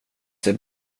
ser